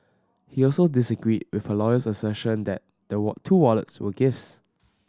he also disagreed with her lawyer's assertion that the two wallets were gifts